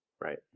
right